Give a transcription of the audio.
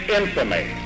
infamy